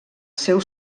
seu